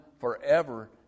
forever